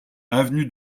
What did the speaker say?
avenue